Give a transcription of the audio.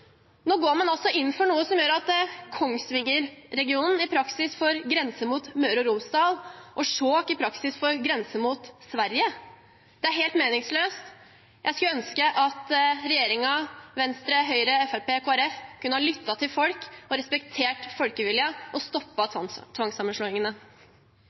Nå går man altså inn for noe som gjør at Kongsvinger-regionen i praksis får grense mot Møre og Romsdal og Skjåk i praksis får grense mot Sverige. Det er helt meningsløst, og jeg skulle ønske at regjeringen og Høyre, Venstre, Fremskrittspartiet og Kristelig Folkeparti kunne ha lyttet til folk, respektert folkeviljen og